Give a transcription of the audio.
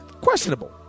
Questionable